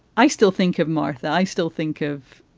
i still think of martha. i still think of,